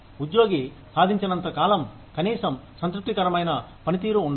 ఉద్యోగి సాధించినంత కాలంకనీసం సంతృప్తికరమైన పనితీరు ఉండాలి